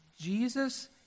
Jesus